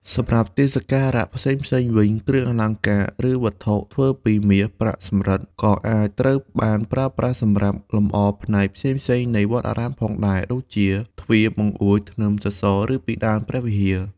សម្រាប់ទីសក្ការៈផ្សេងៗវិញ គ្រឿងអលង្ការ ឬវត្ថុធ្វើពីមាស ប្រាក់ សំរឹទ្ធ ក៏អាចត្រូវបានប្រើប្រាស់សម្រាប់លម្អផ្នែកផ្សេងៗនៃវត្តអារាមផងដែរ ដូចជា ទ្វារ បង្អួច ធ្នឹម សសរ ឬពិដានព្រះវិហារ។